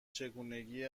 چگونگی